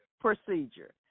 procedure